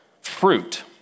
Fruit